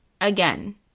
again